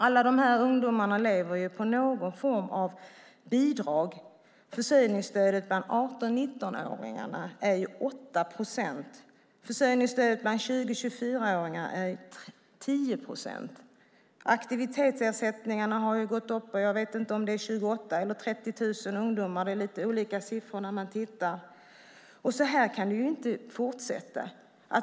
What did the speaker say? Alla de här ungdomarna lever ju på någon form av bidrag. Försörjningsstödet bland 18-19-åringar är 8 procent. Försörjningsstödet bland 20-24-åringar är 10 procent. Aktivitetsersättningarna har gått upp. Jag vet inte om det handlar om 28 000 eller 30 000 ungdomar. Det är lite olika siffror beroende på var man tittar. Så här kan det inte fortsätta.